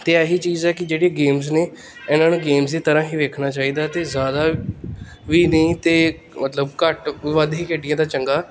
ਅਤੇ ਇਹੀ ਚੀਜ਼ ਹੈ ਕਿ ਜਿਹੜੀ ਗੇਮਸਜ਼ ਨੇ ਇਹਨਾਂ ਨੂੰ ਗੇਮ ਦੀ ਤਰ੍ਹਾਂ ਹੀ ਵੇਖਣਾ ਚਾਹੀਦਾ ਅਤੇ ਜ਼ਿਆਦਾ ਵੀ ਨਹੀਂ ਅਤੇ ਮਤਲਬ ਘੱਟ ਵੱਧ ਹੀ ਖੇਡੀਆਂ ਤਾਂ ਚੰਗਾ